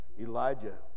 Elijah